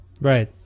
Right